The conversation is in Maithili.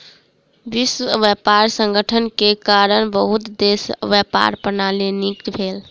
विश्व व्यापार संगठन के कारण बहुत देशक व्यापार प्रणाली नीक भेल